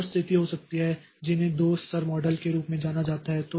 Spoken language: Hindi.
एक और स्थिति हो सकती है जिसे 2 स्तर मॉडल के रूप में जाना जाता है